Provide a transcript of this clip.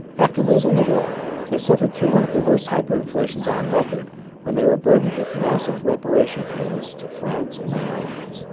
after losing the war they suffered through one of the worst hyper inflations on record when they were burdened with massive reparation payments to france and the allies.